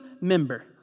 member